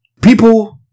People